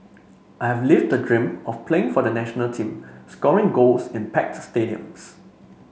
I have lived the dream of playing for the national team scoring goals in packed stadiums